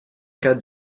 cas